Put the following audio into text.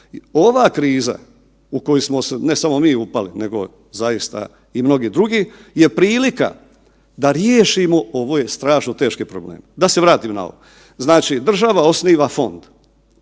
Ova kriza u koju smo se ne samo mi upali nego zaista i mnogi drugi je prilika da riješimo ove strašno teške probleme. Da se vratim na ovo, znači država osniva fond,